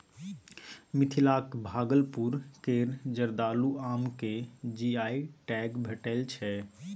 मिथिलाक भागलपुर केर जर्दालु आम केँ जी.आई टैग भेटल छै